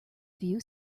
view